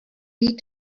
need